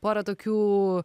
porą tokių